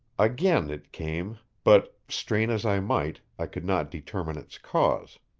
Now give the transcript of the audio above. again it came, but, strain as i might, i could not determine its cause.